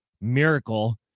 miracle